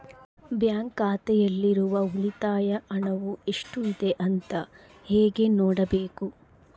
Bank ಖಾತೆಯಲ್ಲಿರುವ ಉಳಿತಾಯ ಹಣವು ಎಷ್ಟುಇದೆ ಅಂತ ಹೇಗೆ ನೋಡಬೇಕು?